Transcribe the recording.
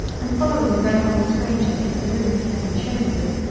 and following the venerable stranger into the room he had been shewn to,